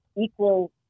equal